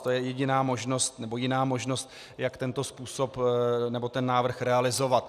To je jediná možnost, nebo jiná možnost, jak tento způsob nebo návrh realizovat.